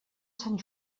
sant